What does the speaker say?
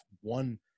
one